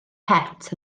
het